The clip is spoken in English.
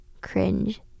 cringe